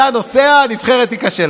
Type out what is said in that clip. אתה נוסע, הנבחרת תיכשל.